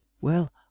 Well